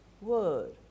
Word